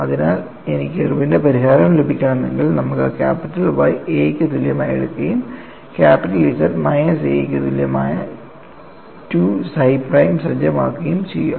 അതിനാൽ എനിക്ക് ഇർവിന്റെ പരിഹാരം ലഭിക്കണമെങ്കിൽ നമ്മൾ ക്യാപിറ്റൽ Y Aയ്ക്ക് തുല്യമായി എടുക്കുകയും ക്യാപിറ്റൽ Z മൈനസ് A യ്ക്ക് തുല്യമായ 2 psi പ്രൈം സജ്ജമാക്കുകയും ചെയ്യുക